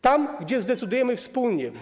Tam, gdzie zdecydujemy wspólnie.